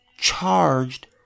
charged